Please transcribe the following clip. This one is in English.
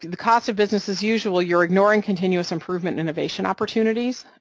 the cost of business-as-usual, you're ignoring continuous improvement innovation opportunities,